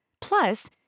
Plus